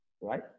right